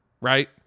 right